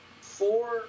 four